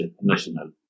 national